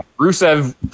Rusev